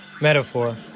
metaphor